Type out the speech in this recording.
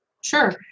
Sure